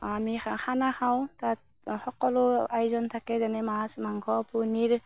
আমি খা খানা খাওঁ তাত সকলো আয়োজন থাকে যেনে মাছ মাংস পনিৰ